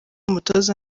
umutoza